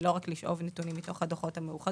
לא רק לשאוב נתונים מתוך הדוחות המאוחדים.